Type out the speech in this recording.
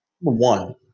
one